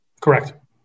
Correct